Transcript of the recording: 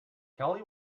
kelly